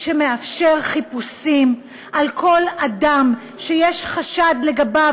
שמאפשר חיפושים על כל אדם שיש חשד לגביו,